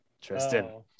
Tristan